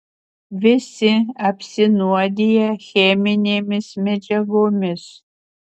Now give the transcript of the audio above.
visi apsinuodiję cheminėmis medžiagomis